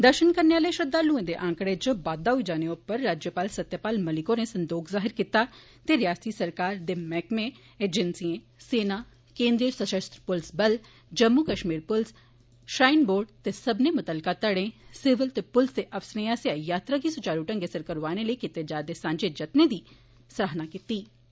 दर्शन करने आले श्रद्वालुएं दा आंकडें इच बाद्वा होई जाने उप्पर राज्यपाल सत्यपाल मलिक होरें संदोख जाहिर कीत्ता ते रियासती सरकार दे मैहकमें अर्जैंसिएं सेना केन्द्रीय सशस्त्र प्रलस बल जम्मू कश्मीर पुलस श्राइन बोर्ड ते सब्बने मुकामी घड़े सिविल ते पुलस दे अफसरें आस्सेया यात्रा गो सुचारू ढ़गै सिर करोआने लेई कीत्ते जा करदे सांझे जत्ने दी सराहना कीत्तों